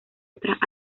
otras